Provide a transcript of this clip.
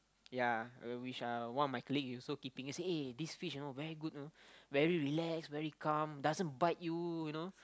ya uh which uh one of my colleagues is also keeping say eh this fish you know very good you know very relax very calm doesn't bite you you know